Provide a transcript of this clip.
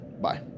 Bye